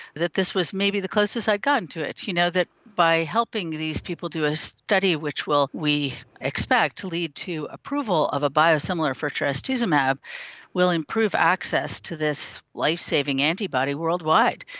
that this was maybe the closest i had gotten to it. you know, that by helping these people do a study which will, we expect, lead to approval of a biosimilar for trastuzumab will improve access to this lifesaving antibody worldwide.